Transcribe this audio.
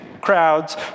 crowds